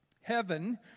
Heaven